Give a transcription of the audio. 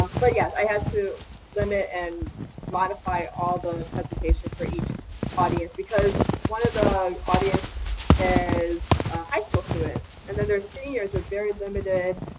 but yes, i had to limit and modify all the presentations for each audience because one of the audiences is high school students, and then there are seniors with very limited